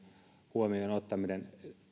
huomioon ottaminen